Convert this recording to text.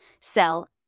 sell